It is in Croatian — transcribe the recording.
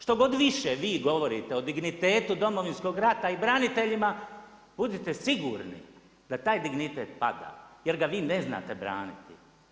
Što god više vi govorite o dignitetu Domovinskog rata i branitelja, budite sigurni, da taj dignitet pada, jer ga vi ne znate braniti.